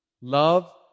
Love